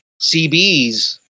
CBs